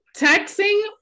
texting